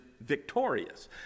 victorious